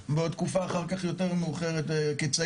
ועוד תקופה אחר כך יותר מאוחרת כצעיר,